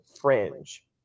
fringe